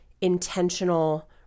intentional